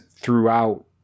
throughout